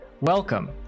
Welcome